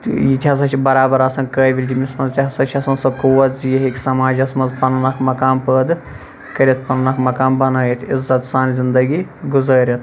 تہٕ یہِ تہِ ہَسا چھِ بَرابَر آسان قٲبِل أمِس مَنٛز تہِ ہَسا چھِ آسان سۄ کوز یہِ ہیٚکہِ سَماجَس مَنٛز پَنُن اکھ مَقام پٲدٕ کٔرِتھ پَنُن اکھ مَقام بَنٲیِتھ عِزت سان زندگی گُزٲرِتھ